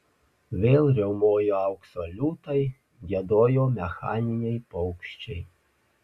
vėl riaumojo aukso liūtai giedojo mechaniniai paukščiai